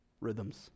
rhythms